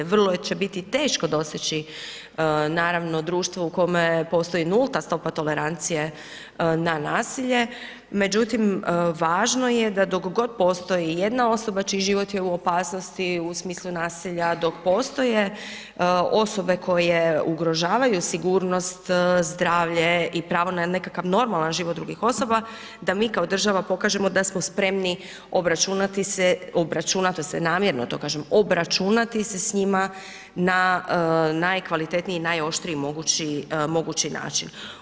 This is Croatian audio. Vrlo će biti teško doseći naravno društvo u kojemu postoji nulta stopa tolerancije na nasilje međutim važno je da dok god postoji jedna osoba čiji život je u opasnosti u smislu nasilja, dok postoje osobe koje ugrožavaju sigurnost, zdravlje i pravo na nekakav normalan život drugih osoba da mi kao država pokažemo da smo spremni obračunati si, obračunati se namjerno to kažem, obračunati se s njima na najkvalitetniji i najoštriji mogući način.